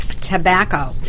tobacco